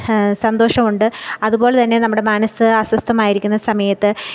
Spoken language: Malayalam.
സന്തോഷം ഉണ്ട് അതുപോലെ തന്നെ നമ്മുടെ മനസ്സ് അസ്വസ്ഥമായിരിക്കുന്ന സമയത്ത്